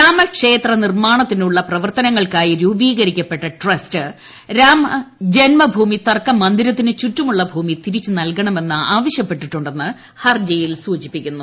രാമക്ഷേത്ര നിർമാണത്തിനുള്ള പ്രവർത്തനങ്ങൾക്കായി രൂപീകരിക്കപ്പെട്ട ട്രസ്റ്റ് രാമജന്മഭൂമി തർക്ക മന്ദിരത്തിനു ചുറ്റുമുള്ള ഭൂമി തിരിച്ചു ന നൽകണമെന്ന് ആവശ്യപ്പെട്ടിട്ടു ന്ന് ഹർജിയിൽ സൂചിപ്പിക്കുന്നു